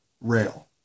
rail